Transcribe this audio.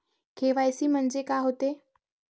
KYC म्हंनजे का होते?